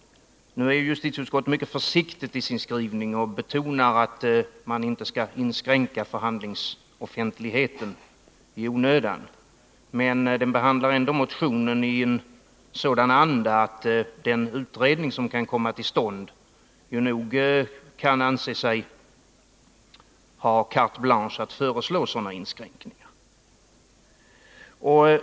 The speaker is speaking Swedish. Nu är justitieutskottet mycket försiktigt i sin skrivning och betonar att man inte i onödan skall inskränka förhandlingsoffentligheten. Men utskottet behandlar ändå motionen i en sådan anda att den utredning som kan komma till stånd nog kan anse sig ha carte blanche att föreslå sådana inskränkningar.